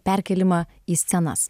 perkėlimą į scenas